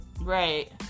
right